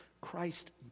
Christ